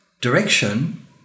direction